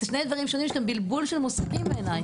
זה שני דברים שונים וזה בלבול של מושגים בעיניי.